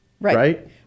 right